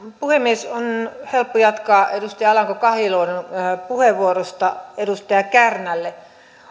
puhemies on helppo jatkaa edustaja alanko kahiluodon puheenvuorosta edustaja kärnälle